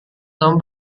tom